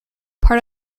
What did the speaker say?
part